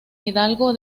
hidalgo